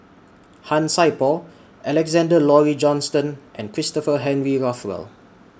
Han Sai Por Alexander Laurie Johnston and Christopher Henry Rothwell